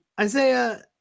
Isaiah